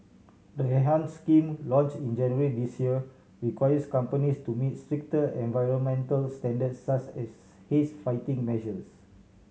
the enhance scheme launch in January this year requires companies to meet stricter and environmental standards such as haze fighting measures